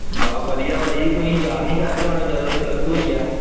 ਬਸ ਵਧੀਆ ਭਾਅ ਜੀ ਤੁਸੀਂ ਯਾਦ ਨਹੀਂ ਕਰਦੇ ਹੁਣ ਜਦੋਂ ਦੀ ਪਲੱਸ ਟੂ ਹੋਈ ਆ